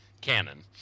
canon